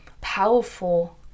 powerful